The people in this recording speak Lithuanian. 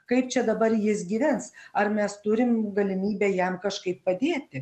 kaip čia dabar jis gyvens ar mes turim galimybę jam kažkaip padėti